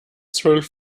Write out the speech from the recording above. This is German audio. zwölf